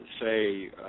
Say